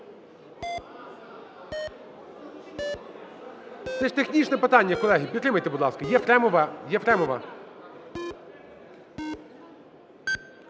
Це ж технічне питання, колеги, підтримайте, будь ласка,. Єфремова! Єфремова!